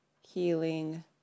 healing